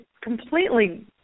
completely